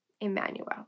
Emmanuel